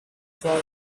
brought